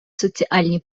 соціальні